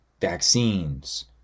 vaccines